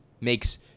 makes